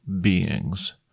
beings